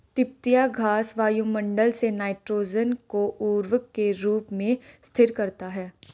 तिपतिया घास वायुमंडल से नाइट्रोजन को उर्वरक के रूप में स्थिर करता है